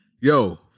yo